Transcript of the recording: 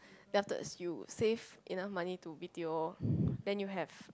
then afterwards you safe enough money to B_T_O then you have